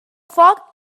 foc